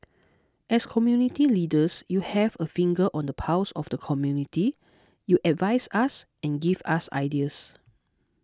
as community leaders you have a finger on the pulse of the community you advise us and give us ideas